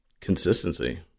consistency